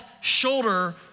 shoulder